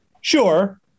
Sure